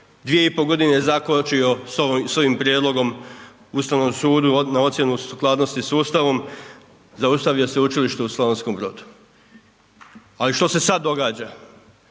po godine zakočio s ovim prijedlogom Ustavnom sudu na ocjenu sukladnosti s Ustavom, zaustavio Sveučilište u Slavonskom Brodu. Ali što se sad događa?